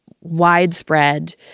widespread